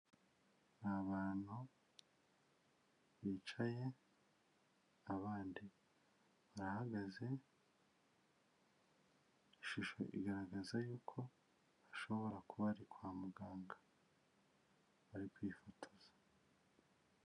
Ni abantu bicaye abandi barahagaze, ishusho igaragaza yuko ashobora kuba ari kwa muganga bari kwifotoza.